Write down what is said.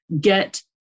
get